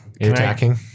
Attacking